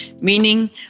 meaning